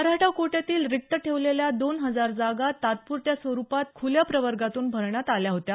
मराठा कोट्यातील रिक्त ठेवलेल्या दोन हजार जागा तात्प्रत्या स्वरुपात खुल्या प्रवर्गातून भरण्यात आल्या होत्या